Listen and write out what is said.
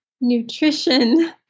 nutrition